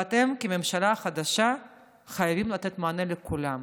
ואתם כממשלה חדשה חייבים לתת מענה לכולם.